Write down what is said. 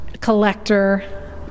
collector